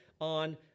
on